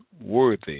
worthy